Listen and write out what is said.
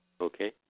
Okay